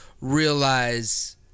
realize –